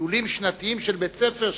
בטיולים שנתיים של בית-ספר,